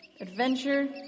adventure